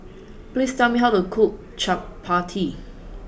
please tell me how to cook Chapati